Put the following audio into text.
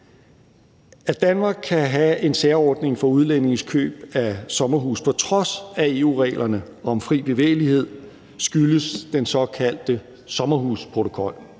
At Danmark kan have en særordning for udlændinges køb af sommerhus på trods af EU-reglerne om fri bevægelighed, skyldes den såkaldte sommerhusprotokol,